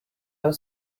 have